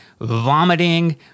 vomiting